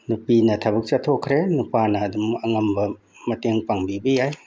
ꯅꯨꯄꯤꯅ ꯊꯕꯛ ꯆꯠꯊꯣꯛꯈ꯭ꯔꯦ ꯅꯨꯄꯥꯅ ꯑꯗꯨꯝ ꯑꯉꯝꯕ ꯃꯇꯦꯡ ꯄꯥꯡꯕꯤꯕ ꯌꯥꯏ